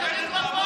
אתה ממשיך.